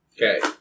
Okay